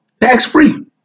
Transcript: Tax-free